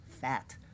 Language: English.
fat